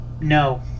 No